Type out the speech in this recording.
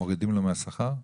מורידים לו מהשכר?